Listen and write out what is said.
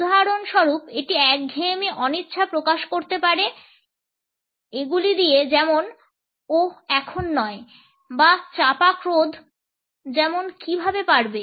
উদাহরণস্বরূপ এটি একঘেয়েমি অনিচ্ছা প্রকাশ করতে পারে এগুলি দিয়ে যেমন ওহ এখন নয় বা চাপা ক্রোধ যেমন কিভাবে পারবে